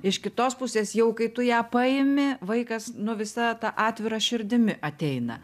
iš kitos pusės jau kai tu ją paimi vaikas nu visa ta atvira širdimi ateina